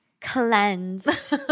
Cleanse